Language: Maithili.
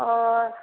आओर